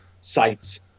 sites